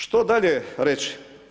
Što dalje reći?